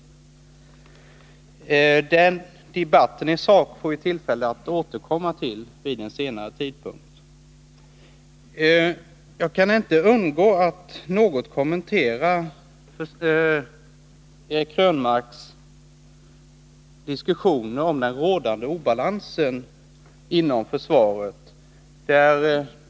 Nr 133 Debatten i sak får vi tillfälle att återkomma till vid en senare tidpunkt. Torsdagen den Jag kan inte underlåta att något kommentera Eric Krönmarks diskussion 7 maj 1981 om den rådande obalansen inom försvaret.